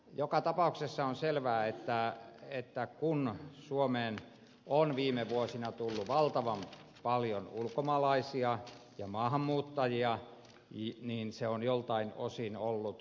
joka tapauksessa on selvää että kun suomeen on viime vuosina tullut valtavan paljon ulkomaalaisia ja maahanmuuttajia niin se on joiltain osin ollut hallitsematonta